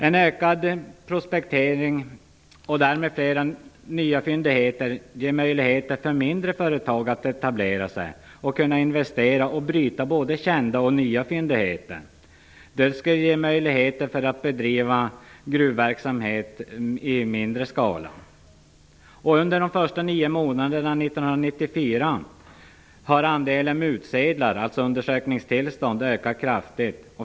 En ökad prospektering och därmed fler nya fyndigheter ger möjligheter för mindre företag att etablera sig samt investera och bryta både kända och nya fyndigheter. Detta skulle ge möjligheter att bedriva gruvverksamhet i mindre skala. Under de första nio månaderna 1994 har andelen mutsedlar, undersökningstillstånd, ökat kraftigt.